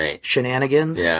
shenanigans